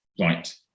right